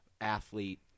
athlete